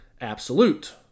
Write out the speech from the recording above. absolute